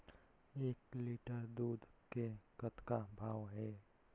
एक लिटर दूध के कतका भाव हे?